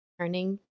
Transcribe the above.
turning